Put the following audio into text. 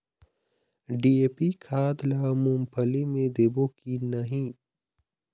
DAP खाद ला मुंगफली मे देबो की नहीं?